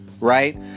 right